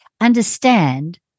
understand